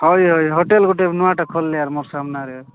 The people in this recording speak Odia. ହଇ ହଇ ହୋଟେଲ୍ ଗୋଟେ ନୂଆଟା ଖୋଲଲେ ଆମର୍ ସାମ୍ନାରେ